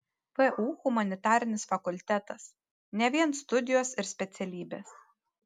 vu humanitarinis fakultetas ne vien studijos ir specialybės